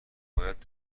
باید